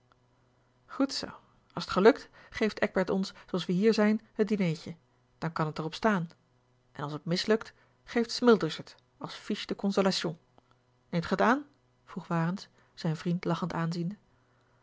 goed zoo als t gelukt geeft eckbert ons zooals wij hier zijn het dineetje dan kan het er op staan en als het mislukt geeft smilders het als fiche de consolation neemt gij t aan vroeg warens zijn vriend lachend aanziende